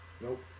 Nope